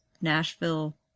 Nashville